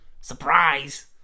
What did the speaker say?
Surprise